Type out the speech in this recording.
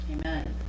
amen